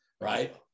right